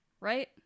Right